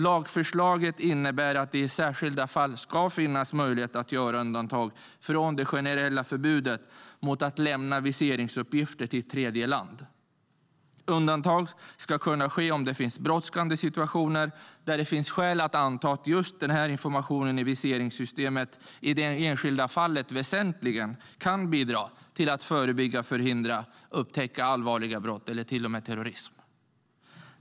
Lagförslaget innebär att det i särskilda fall ska finnas möjlighet att göra undantag från det generella förbudet mot att lämna viseringsuppgifter till tredjeland. Undantag ska kunna ske om det finns brådskande situationer där det finns skäl att anta att just den informationen i viseringssystemet i det enskilda fallet väsentligen kan bidra till att förebygga, förhindra eller upptäcka allvarliga brott eller till och med terrorism.